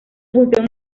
función